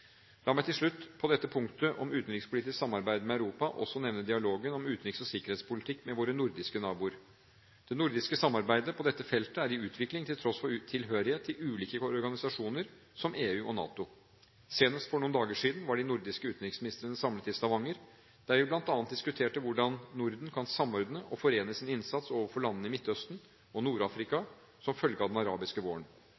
La meg til slutt på dette punktet om utenrikspolitisk samarbeid med Europa også nevne dialogen om utenriks- og sikkerhetspolitikk med våre nordiske naboer. Det nordiske samarbeidet på dette feltet er i utvikling til tross for tilhørighet til ulike organisasjoner som EU og NATO. Senest for noen dager siden var de nordiske utenriksministrene samlet i Stavanger, der vi bl.a. diskuterte hvordan Norden kan samordne og forene sin innsats overfor landene i Midtøsten og